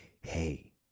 Hey